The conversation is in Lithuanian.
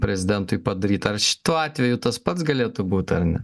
prezidentui padaryt ar šituo atveju tas pats galėtų būt ar ne